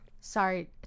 Sorry